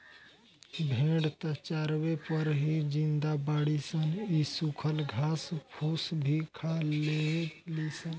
भेड़ त चारवे पर ही जिंदा बाड़ी सन इ सुखल घास फूस भी खा लेवे ली सन